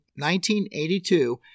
1982